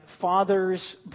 father's